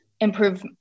Improve